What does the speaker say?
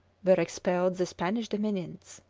were expelled the spanish dominions.